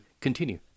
continue